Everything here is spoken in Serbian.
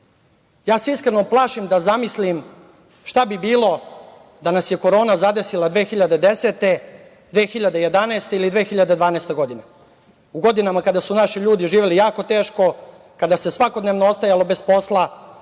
Iskreno se plašim da zamislim šta bi bilo da nas je korona zadesila 2010, 2011. ili 2012. godine, u godinama kada su naši ljudi živeli jako teško, kada se svakodnevno ostajalo bez posla,a